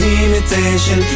imitation